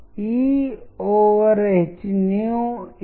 పర్వతం విషయంలో ఇది మరింత విభిన్నంగా ఉంటుంది